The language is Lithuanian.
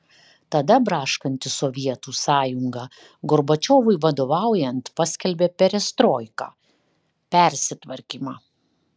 tada braškanti sovietų sąjunga gorbačiovui vadovaujant paskelbė perestroiką persitvarkymą